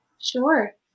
Sure